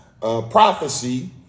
prophecy